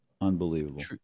unbelievable